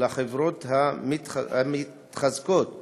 לחברות המתחזקות